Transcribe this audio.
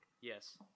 Yes